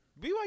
BYU